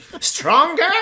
stronger